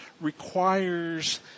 requires